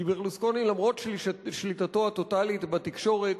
כי ברלוסקוני, למרות שליטתו הטוטלית בתקשורת,